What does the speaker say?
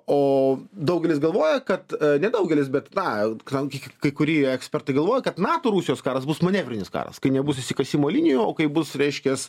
o daugelis galvoja kad nedaugelis bet na ka kai kurie ekspertai galvoja kad nato rusijos karas bus manevrinis karas kai nebus įsikasimo linija o kaip bus reiškias